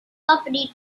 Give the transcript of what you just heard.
company